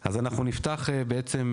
אז אנחנו נפתח, בעצם,